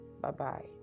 Bye-bye